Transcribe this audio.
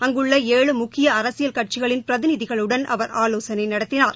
அங்குள்ள ஏழு முக்கிய அரசியல் கட்சிகளின் பிரதிநிதிகளுடன் அவர் ஆலோசனை நடத்தினார்